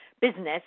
business